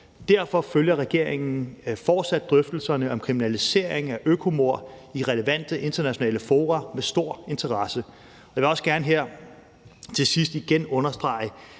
Derfor følger regeringen fortsat drøftelserne om kriminalisering af økomord i relevante internationale fora med stor interesse. Jeg vil også gerne her til sidst igen understrege